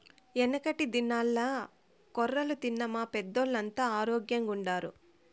యెనకటి దినాల్ల కొర్రలు తిన్న మా పెద్దోల్లంతా ఆరోగ్గెంగుండారు